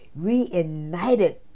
reignited